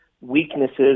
weaknesses